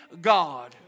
God